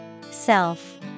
Self